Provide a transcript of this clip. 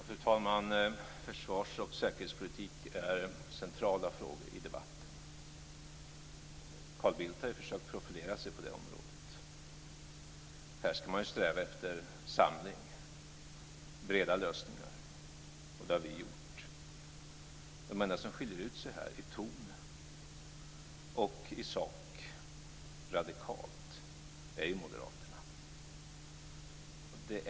Fru talman! Försvars och säkerhetspolitik är centrala frågor i debatten. Carl Bildt har ju försökt att profilera sig på det området. Här skall man sträva efter samling och breda lösningar, och det har vi gjort. De enda som här skiljer ut sig radikalt i ton och i sak är ju moderaterna.